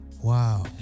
Wow